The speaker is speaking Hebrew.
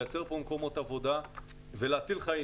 לייצר כאן מקומות עבודה ולהציל חיים